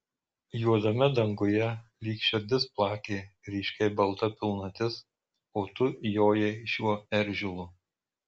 juodame danguje lyg širdis plakė ryškiai balta pilnatis o tu jojai šiuo eržilu